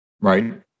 right